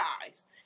guys